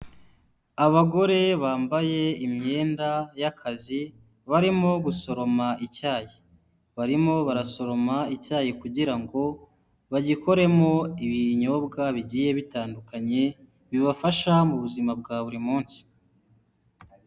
Abagore bambaye imyenda y'akazi barimo gusoroma icyayi. Barimo barasoroma icyayi kugira ngo bagikoremo ibinyobwa bigiye bitandukanye bibafasha mu buzima bwa buri munsi.